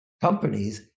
companies